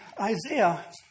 Isaiah